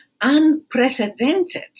unprecedented